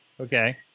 Okay